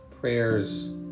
prayers